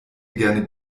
gerne